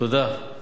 תודה.